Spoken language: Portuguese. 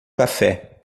café